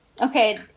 Okay